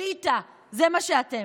אליטה, זה מה שאתם.